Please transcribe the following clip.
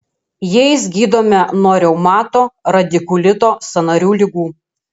jais gydome nuo reumato radikulito sąnarių ligų